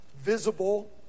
visible